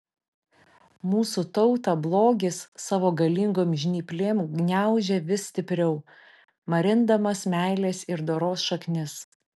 mūsų tautą blogis savo galingom žnyplėm gniaužia vis stipriau marindamas meilės ir doros šaknis